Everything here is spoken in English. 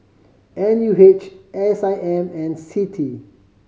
N U H S I M and CITI